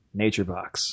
NatureBox